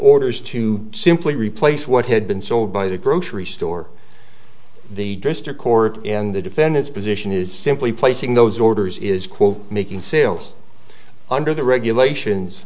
orders to simply replace what had been sold by the grocery store the district court in the defendants position is simply placing those orders is quote making sales under the regulations